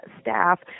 staff